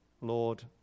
Lord